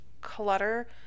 clutter